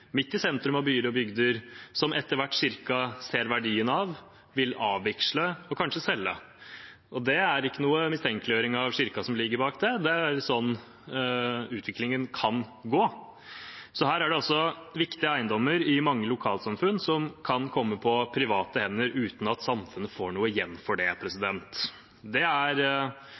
i sentrum av byer og bygder som Kirken etter hvert ser verdien av, vil avvigsle og kanskje selge. Det er ingen mistenkeliggjøring av Kirken som ligger bak det, det er sånn utviklingen kan gå. Her er det altså viktige eiendommer i mange lokalsamfunn som kan komme på private hender uten at samfunnet får noe igjen for det. Det er